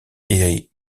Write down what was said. est